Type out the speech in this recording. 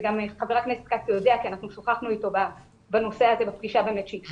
וגם חבר הכנסת כץ יודע כי אנחנו שוחחנו אתו בנושא הזה בפגישה שהתקיימה,